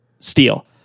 Steel